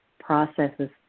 processes